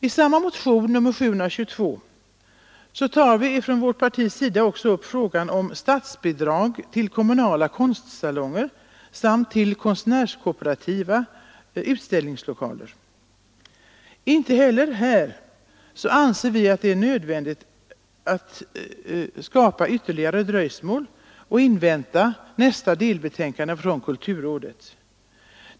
I samma motion, nr 722, tar vi från vårt parti också upp frågan om statsbidrag till kommunala konstsalonger samt till konstnärskooperativa utställningslokaler. Inte heller här anser vi det nödvändigt att skapa ytterligare dröjsmål genom att invänta nästa delbetänkande från kulturrådet.